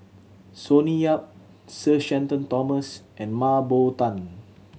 Sonny Yap Sir Shenton Thomas and Mah Bow Tan